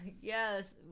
yes